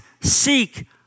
seek